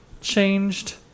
changed